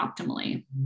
optimally